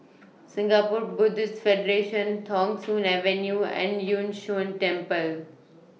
Singapore Buddhist Federation Thong Soon Avenue and Yun Shan Temple